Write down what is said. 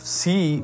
see